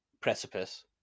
Precipice